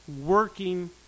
working